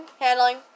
handling